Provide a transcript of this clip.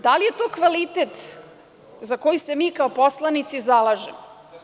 Da li je to kvalitet za koji se mi kao poslanici zalažemo?